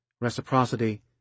reciprocity